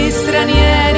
stranieri